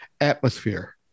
atmosphere